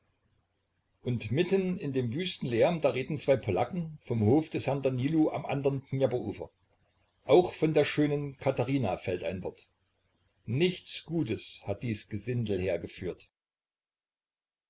und mitten in dem wüsten lärm da reden zwei polacken vom hof des herrn danilo am andern dnjeprufer auch von der schönen katherina fällt ein wort nichts gutes hat dies gesindel hergeführt